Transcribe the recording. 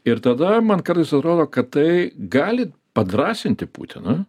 ir tada man kartais atrodo kad tai gali padrąsinti putiną